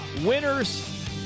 winners